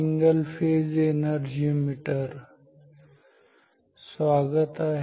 single phase energy meter स्वागत आहे